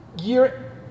year